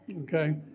Okay